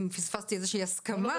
אני פספסתי איזו שהיא הסכמה שהייתה עכשיו.